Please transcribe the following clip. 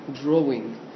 drawing